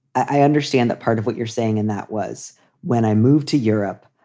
i understand that. part of what you're saying and that was when i moved to europe,